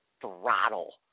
throttle